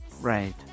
Right